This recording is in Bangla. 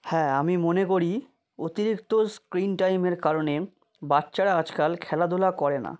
হ্যাঁ আমি মনে করি অতিরিক্ত স্ক্রিন টাইমের কারণে বাচ্চারা আজকাল খেলাধুলা করে না